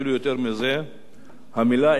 המלה אירן לא יורדת מפיו.